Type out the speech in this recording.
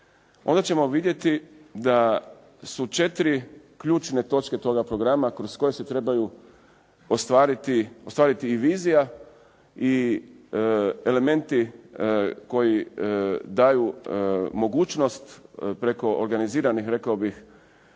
onda ćemo vidjeti da su 4 ključne točke toga programa kroz koje se trebaju ostvariti i vizija i elementi koji daju mogućnost preko organiziranih rekao bih